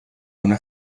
una